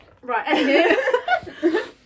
Right